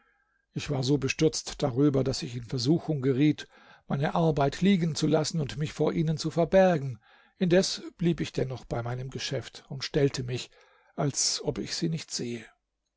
ich war so bestürzt darüber daß ich in versuchung geriet meine arbeit liegen zu lassen und mich vor ihnen zu verbergen indes blieb ich dennoch bei meinem geschäft und stellte mich als ob ich sie nicht sehe